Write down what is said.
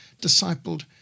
discipled